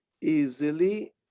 easily